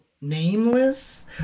nameless